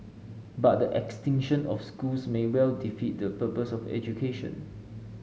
but the extinction of schools may well defeat the purpose of education